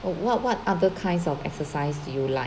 what what what other kinds of exercise do you like